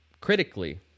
critically